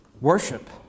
worship